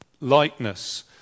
likeness